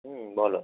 হুম বলো